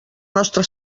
nostra